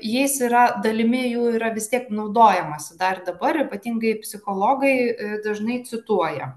jis yra dalimi jų yra vis tiek naudojamas dar ir dabar ypatingai psichologai dažnai cituoja